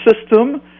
system